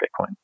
Bitcoin